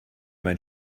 mein